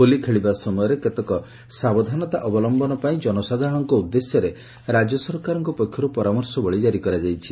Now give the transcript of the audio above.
ହୋଲି ଖେଳିବା ସମୟରେ କେତେକ ସାବଧାନତା ଅବଲମ୍ନ ପାଇଁ ଜନସାଧାରଣଙ୍କ ଉଦ୍ଦେଶ୍ୟରେ ରାକ୍ୟ ସରକାରଙ୍କ ପକ୍ଷର୍ ପରାମର୍ଶବଳୀ ଜାରି କରାଯାଇଛି